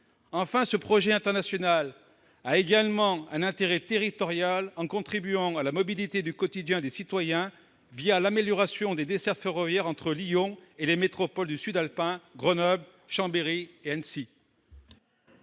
Enfin, ce projet international présente un intérêt territorial en contribuant à la mobilité du quotidien des citoyens l'amélioration des dessertes ferroviaires entre Lyon et les métropoles du Sud alpin, Grenoble, Chambéry et Annecy.